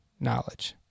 knowledge